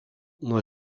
nuo